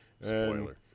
Spoiler